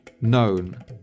known